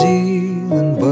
Zealand